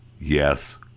yes